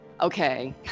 okay